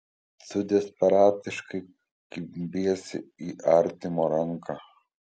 tu desperatiškai kimbiesi į artimo ranką